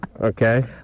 Okay